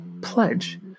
pledge